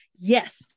yes